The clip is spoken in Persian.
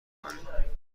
کنیم